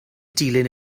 dilyn